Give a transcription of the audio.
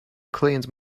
cleaned